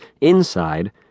inside